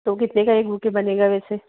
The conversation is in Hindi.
तो कितने का एक बुके बनेगा वैसे